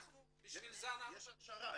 יש הכשרה.